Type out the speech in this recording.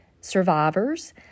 survivors